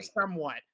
somewhat